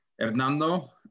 Hernando